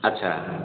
ଆଚ୍ଛା